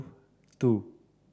two